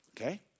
Okay